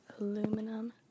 Aluminum